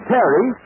Terry